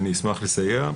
אשמח לסייע.